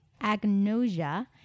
agnosia